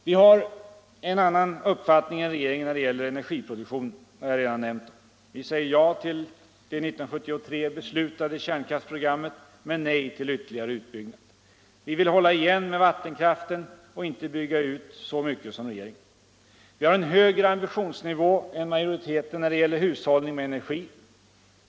Vi har en annan uppfattning än regeringen när det gäller energiproduktionen. Det har jag redan nämnt. Vi säger ja till det 1973 beslutade kärnkraftsprogrammet men nej till ytterligare utbyggnad. Vi vill hålla igen med vattenkraften och inte bygga ut så mycket som regeringen. Vi har en högre ambitionsnivå än majoriteten när det gäller hushållning med energi.